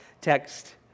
text